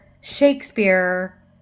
Shakespeare